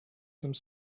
some